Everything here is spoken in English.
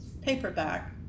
paperback